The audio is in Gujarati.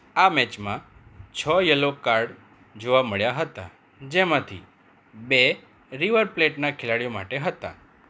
આ મેચમાં છ યલો કાર્ડ જોવાં મળ્યાં હતાં જેમાંથી બે રિવર પ્લેટના ખેલાડીઓ માટે હતા